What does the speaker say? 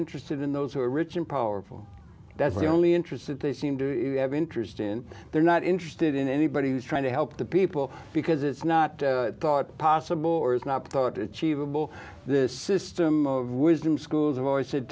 interested in those who are rich and powerful that's the only interested they seem to have interest in they're not interested in anybody trying to help the people because it's not thought possible or is not chiva will this system wisdom schools have always said